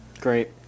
Great